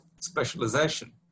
specialization